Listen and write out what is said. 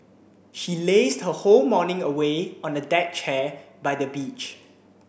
she lazed her whole morning away on a deck chair by the beach